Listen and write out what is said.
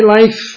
life